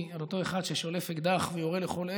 של אותו אחד ששולף אקדח ויורה לכל עבר,